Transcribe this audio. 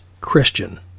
Christian